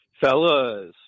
fellas